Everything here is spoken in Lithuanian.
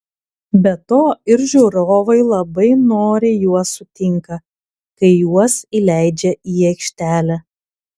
be to ir žiūrovai labai noriai juos sutinka kai juos įleidžia į aikštelę